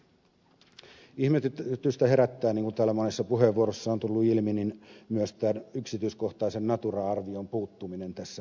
ihmetystä herättää niin kuin täällä monessa puheenvuorossa on tullut ilmi myös tämän yksityiskohtaisen natura arvion puuttuminen tässä vaiheessa